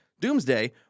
Doomsday